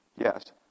Yes